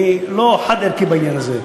אני לא חד-ערכי בעניין הזה.